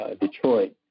detroit